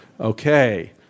okay